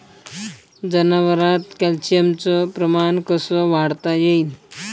जनावरात कॅल्शियमचं प्रमान कस वाढवता येईन?